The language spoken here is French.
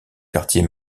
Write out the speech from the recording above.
quartier